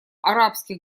арабских